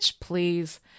please